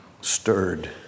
stirred